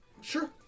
Sure